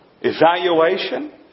evaluation